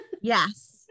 yes